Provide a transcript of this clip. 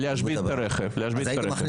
זה נכון שאני שולי אבל אם את כבר